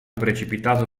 precipitato